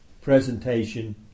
presentation